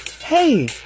Hey